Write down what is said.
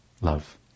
love